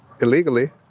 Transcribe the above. illegally